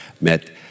met